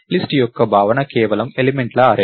list యొక్క భావన కేవలం ఎలిమెంట్ల అర్రే